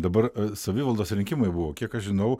dabar savivaldos rinkimai buvo kiek aš žinau